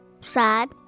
Sad